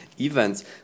events